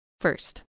first